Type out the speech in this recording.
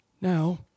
Now